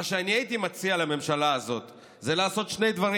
מה שאני הייתי מציע לממשלה הזאת זה לעשות שני דברים.